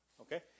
Okay